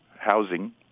housing